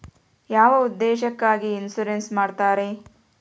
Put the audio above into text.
ಯಾವ ಉದ್ದೇಶಕ್ಕಾಗಿ ಇನ್ಸುರೆನ್ಸ್ ಮಾಡ್ತಾರೆ?